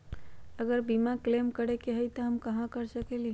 अगर बीमा क्लेम करे के होई त हम कहा कर सकेली?